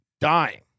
dying